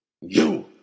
You